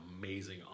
amazing